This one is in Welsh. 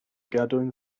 gadwyn